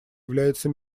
является